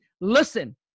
listen